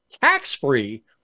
tax-free